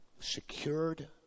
secured